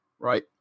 Right